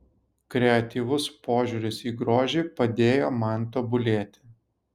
kreatyvus požiūris į grožį padėjo man tobulėti